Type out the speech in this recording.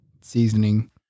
seasoning